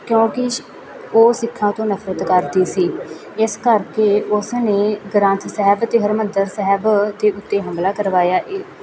ਕਿਉਂਕਿ ਸ਼ਿ ਉਹ ਸਿੱਖਾਂ ਤੋਂ ਨਫ਼ਰਤ ਕਰਦੀ ਸੀ ਇਸ ਕਰਕੇ ਉਸ ਨੇ ਗ੍ਰੰਥ ਸਾਹਿਬ ਅਤੇ ਹਰਿਮੰਦਰ ਸਾਹਿਬ ਦੇ ਉੱਤੇ ਹਮਲਾ ਕਰਵਾਇਆ ਇਹ